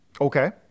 Okay